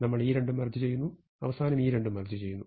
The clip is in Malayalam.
നമ്മൾ ഈ രണ്ടും മെർജ് ചെയ്യുന്നു അവസാനം ഈ രണ്ടും മെർജ് ചെയ്യുന്നു